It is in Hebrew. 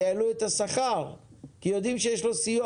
העלו את המחיר כי יודעים שיש לו סיוע